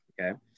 okay